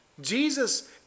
Jesus